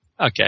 Okay